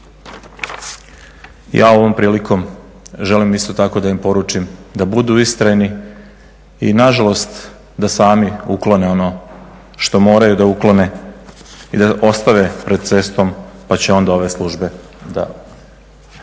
Ja ovom prilikom želim isto tako da im poručim da budu ustrajni i nažalost da sami uklone ono što moraju da uklone i da ostave pred cestom pa će onda ove službe da